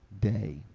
day